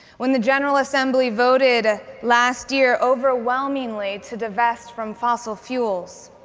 when the general assembly voted ah last year overwhelmingly to divest from fossil fuels,